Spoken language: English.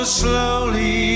slowly